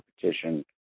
competition